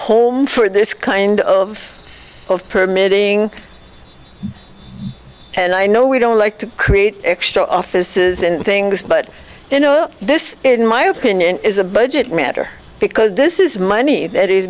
home for this kind of of permitting and i know we don't like to create extra offices and things but you know this in my opinion is a budget matter because this is money that is